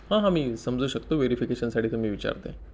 हां हां मी समजू शकतो वेरिफिकेशनसाठी तुम्ही विचारत आहे